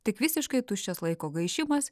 tik visiškai tuščias laiko gaišimas